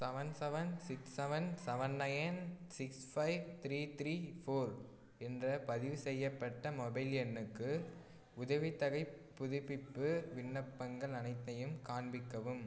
seven seven six seven seven nine six five three three four என்ற பதிவுசெய்யப்பட்ட mobile எண்ணுக்கு உதவித்தொகை புதுப்பிப்பு விண்ணப்பங்கள் அனைத்தையும் காண்பிக்கவும்